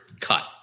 cut